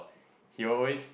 he will always